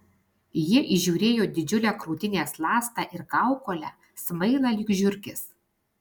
jie įžiūrėjo didžiulę krūtinės ląstą ir kaukolę smailą lyg žiurkės